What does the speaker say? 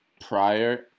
prior